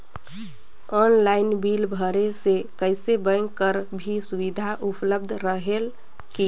Online bill भरे से कइसे बैंक कर भी सुविधा उपलब्ध रेहेल की?